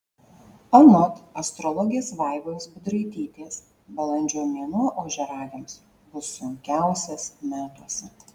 anot astrologės vaivos budraitytės balandžio mėnuo ožiaragiams bus sunkiausias metuose